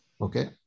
okay